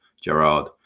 Gerard